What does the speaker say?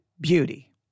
beauty